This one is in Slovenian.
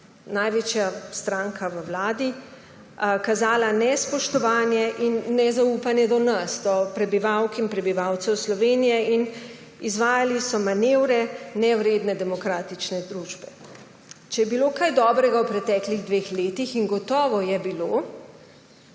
največja stranka v vladi kazala nespoštovanje in nezaupanje do nas, do prebivalk in prebivalcev Slovenije in izvajali so manevre, nevredne demokratične družbe. Če je bilo kaj dobrega v preteklih letih, in gotovo je bilo,